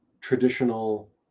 traditional